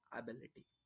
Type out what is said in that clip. ability